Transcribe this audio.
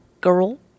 girl